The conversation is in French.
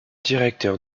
directeur